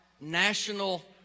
national